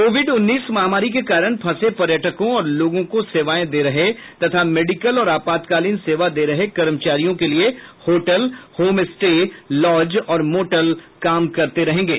Covid उन्नीस महामारी के कारण फंसे पर्यटकों और लोगों को सेवाएं दे रहे तथा मेडिकल और आपातकालीन सेवा दे रहे कर्मचारियों के लिए होटल होमस्टे लॉज और मोटल काम करते रहेंगे